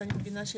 הם מאמנים,